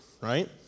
right